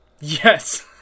Yes